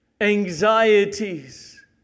anxieties